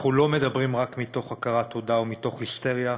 אנחנו לא מדברים רק מתוך הכרת תודה או מתוך היסטריה,